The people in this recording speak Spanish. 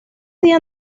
día